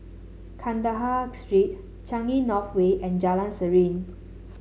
Kandahar Street Changi North Way and Jalan Serene